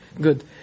Good